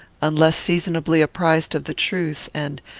unless seasonably apprized of the truth and,